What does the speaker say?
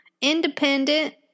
independent